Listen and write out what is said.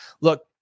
look